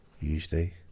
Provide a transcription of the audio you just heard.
Usually